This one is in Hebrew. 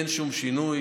אין שום שינוי.